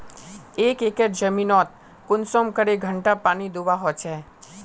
एक एकर जमीन नोत कुंसम करे घंटा पानी दुबा होचए?